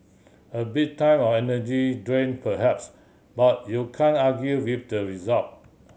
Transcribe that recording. a bit time and energy drain perhaps but you can't argue with the result